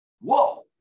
Whoa